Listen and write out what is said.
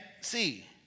see